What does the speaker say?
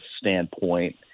standpoint